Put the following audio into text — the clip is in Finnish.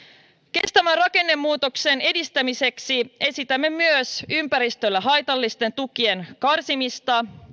kestävän rakennemuutoksen edistämiseksi esitämme myös ympäristölle haitallisten tukien karsimista